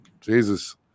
Jesus